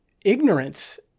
ignorance